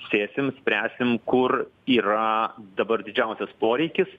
sėsim spręsim kur yra dabar didžiausias poreikis